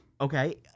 Okay